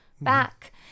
back